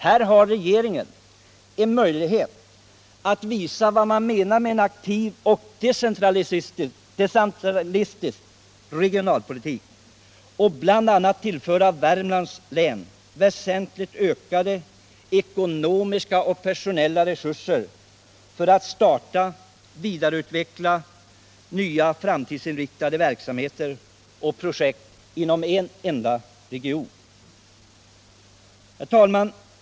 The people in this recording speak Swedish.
Här har regeringen möjlighet att visa vad den menar med en aktiv och decentralistisk regionalpolitik genom att bl.a. tillföra Värmlands län väsentligt ökade ekonomiska och personella resurser samt starta och vidareutveckla nya framtidsinriktade verksamheter och projekt inom en enda region.